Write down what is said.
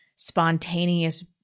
spontaneous